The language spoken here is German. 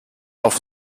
auf